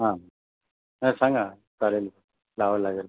हां नाही सांगा चालेल लावा लागेल